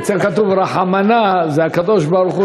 אצלנו כתוב: "רחמנא" זה הקדוש-ברוך-הוא,